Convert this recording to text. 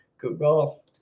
Google